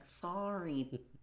sorry